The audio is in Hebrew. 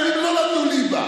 גם אם לא למדו ליבה,